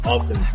Often